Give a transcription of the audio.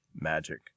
Magic